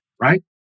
Right